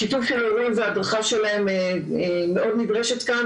שיתוף של ההורים והדרכה שלהם מאוד נדרשת כאן,